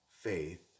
faith